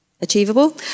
Achievable